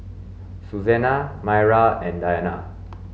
Suzanna Myrna and Diana